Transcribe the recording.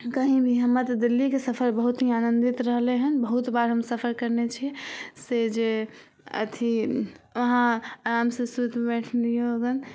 कही भी हमरा तऽ दिल्लीके सफर बहुत ही आनन्दित रहले हन बहुत बार हम सफर करने छियै से जे अथी अहाँ आराम से सुति बैठ लियौ गन